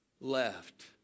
left